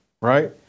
Right